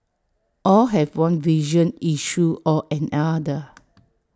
all have one vision issue or another